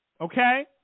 Okay